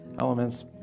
elements